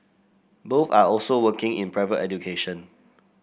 both are also working in private education